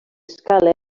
escala